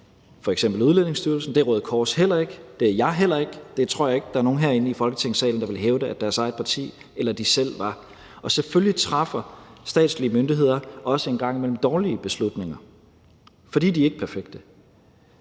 f.eks. Udlændingestyrelsen, og det er Røde Kors heller ikke, og det er jeg heller ikke, og det tror jeg ikke at der er nogen herinde i Folketingssalen der ville hævde at deres eget parti eller de selv var. Og selvfølgelig træffer statslige myndigheder også en gang imellem dårlige beslutninger, fordi de ikke er perfekte.